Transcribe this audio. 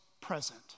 present